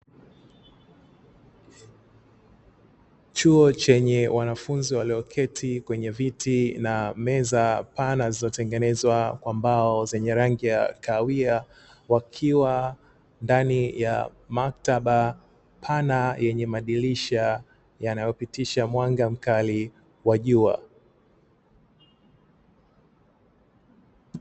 Chuo chenye wanafunzi walioketi kwenye viti na meza pana zilizotengenezwa kwa mbao zenye rangi ya kahawia wakiwa ndani ya maktaba pana yenye madirisha yanayopitisha mwanga mkali wa jua.